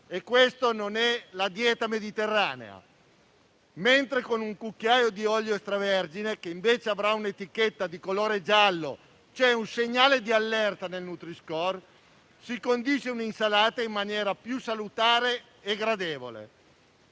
Questa non è la dieta mediterranea. Con un cucchiaio di olio extravergine, che avrà un etichetta di colore giallo, un segnale di allerta del nutri-score, si condisce invece un'insalata in maniera più salutare e gradevole.